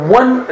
one